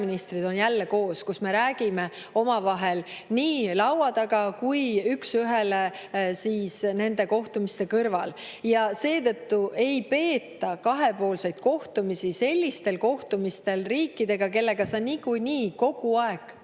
on jälle koos, kus me räägime omavahel nii laua taga kui ka üks ühele nende kohtumiste kõrval. Seetõttu ei peeta kahepoolseid kohtumisi sellistel kohtumistel, riikidega, kellega me niikuinii kogu aeg